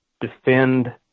defend